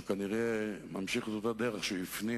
שכנראה ממשיך את אותה דרך שהוא הפנים